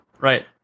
Right